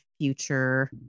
future